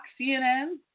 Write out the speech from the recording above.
CNN